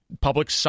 Public